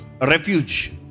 refuge